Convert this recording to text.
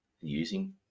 using